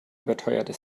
überteuerte